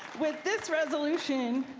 with this resolution,